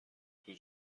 توی